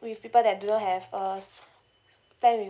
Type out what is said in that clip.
with people that do not have a plan with